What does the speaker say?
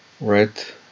right